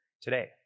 Today